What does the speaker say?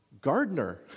gardener